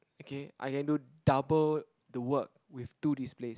okay I can do double the work with two displays